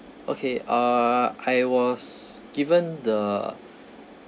okay uh was given the